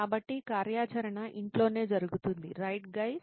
కాబట్టి కార్యాచరణ ఇంట్లోనే జరుగుతుంది రైట్ గైస్